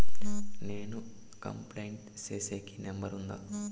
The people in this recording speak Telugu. నేను కంప్లైంట్ సేసేకి నెంబర్ ఉందా?